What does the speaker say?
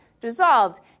dissolved